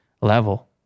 level